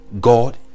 god